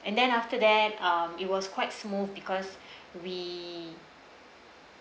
and then after that um it was quite smooth because we